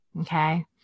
Okay